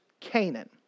Canaan